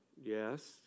Yes